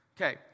okay